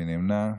מי נמנע?